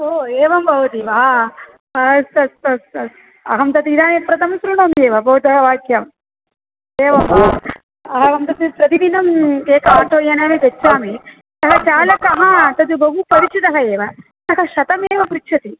ओ एवं भवति वा अस्तु अस्तु अस्तु अहं तत् इदानीं प्रथमं शृणोमि एव भवतः वाक्यम् एवं वा अहं तत् प्रतिदिनम् एकेन आटो यानेन गच्छामि सः चालकः तद् बहु परिचितः एव सः शतमेव पृच्छति